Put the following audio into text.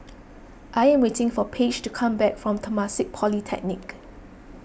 I am waiting for Paige to come back from Temasek Polytechnic